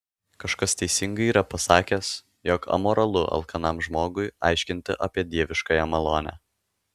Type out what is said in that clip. kažkas teisingai yra pasakęs jog amoralu alkanam žmogui aiškinti apie dieviškąją malonę